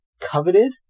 coveted